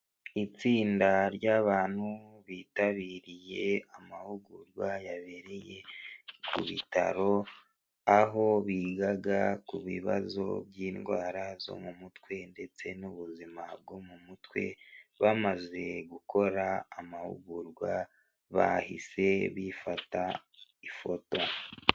Itsinda ry'abantu bitabiriye amahugurwa yabereye ku bitaro aho bigaga ku bibazo by'indwara zo mu mutwe ndetse n'ubuzima bwo mu mutwe bamaze gukora amahugurwa bahise bifata ifoto.